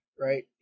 right